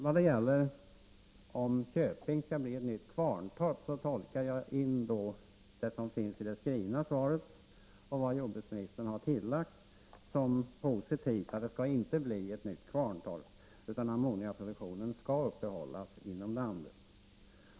Vad gäller frågan huruvida Köping skall bli ett nytt Kvarntorp, så tolkar jag det som står i det skrivna svaret och vad jordbruksministern har tillagt som positivt — att det inte skall bli ett nytt Kvarntorp, utan ammoniakproduktionen skall upprätthållas inom landet.